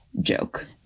joke